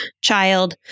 child